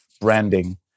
branding